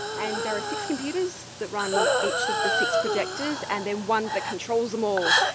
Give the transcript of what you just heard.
and there are six computers that run each of the six projectors, and then one that controls them all.